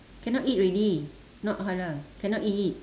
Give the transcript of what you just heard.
cannot eat already not halal cannot eat